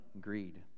greed